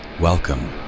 Welcome